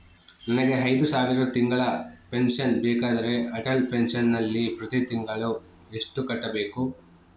ನನಗೆ ಐದು ಸಾವಿರ ತಿಂಗಳ ಪೆನ್ಶನ್ ಬೇಕಾದರೆ ಅಟಲ್ ಪೆನ್ಶನ್ ನಲ್ಲಿ ಪ್ರತಿ ತಿಂಗಳು ಎಷ್ಟು ಕಟ್ಟಬೇಕು?